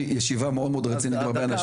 ישיבה מאוד מאוד רצינית עם הרבה אנשים,